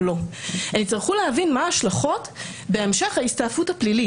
לא אלא הן יצטרכו להבין מה ההשלכות בהמשך ההסתעפות הפלילית.